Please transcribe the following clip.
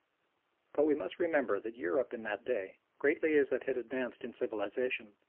but we must remember that europe in that day, greatly as it had advanced in civilisation,